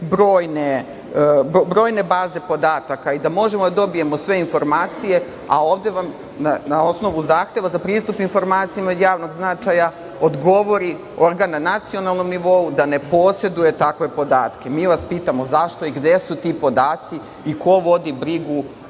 brojne baze podataka i da možemo da dobijemo sve informacije, a ovde na osnovu zahteva za pristup informacijama od javnog značaja odgovori organ na nacionalnom nivou da ne poseduje takve podatke. Mi vas pitamo, zašto i gde su ti podaci i ko vodi brigu